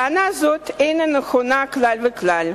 טענה זו אינה נכונה כלל וכלל.